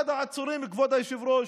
אחד העצורים, כבוד היושב-ראש,